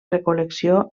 recol·lecció